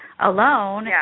alone